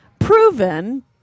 Proven